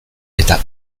eta